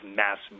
mass